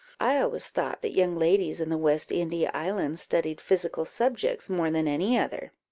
i always thought that young ladies in the west india islands studied physical subjects more than any other.